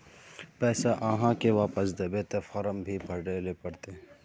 पैसा आहाँ के वापस दबे ते फारम भी भरें ले पड़ते?